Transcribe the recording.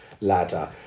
ladder